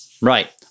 right